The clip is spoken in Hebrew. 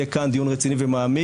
יהיה כאן דיון רציני ומעמיק,